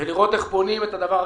ולראות איך פונים את הדבר.